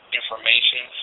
information